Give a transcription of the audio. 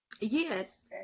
Yes